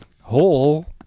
hole